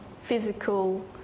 physical